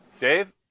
Dave